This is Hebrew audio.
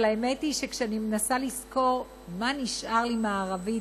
אבל האמת היא שכשאני מנסה לזכור מה נשאר לי מהערבית,